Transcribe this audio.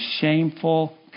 shameful